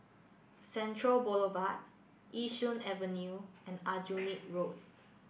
Central Boulevard Yishun Avenue and Aljunied Road